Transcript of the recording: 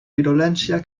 virulència